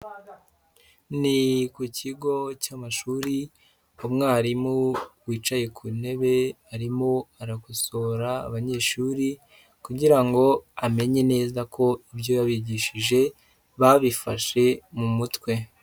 Ni ku kigo cy'amashuri umwarimu wicaye ku ntebe arimo arakosora abanyeshuri kugira ngo amenye neza ko ibyo yabigishije babifashe mu mutwe.